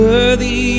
Worthy